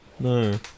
no